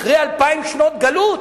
אחרי אלפיים שנות גלות